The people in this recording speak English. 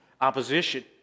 Opposition